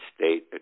state